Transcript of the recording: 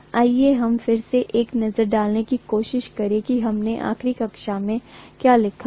आइए हम फिर से एक नज़र डालने की कोशिश करें कि हमने आखिरी कक्षा में क्या लिखा था